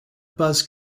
buzz